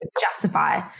justify